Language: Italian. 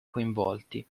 coinvolti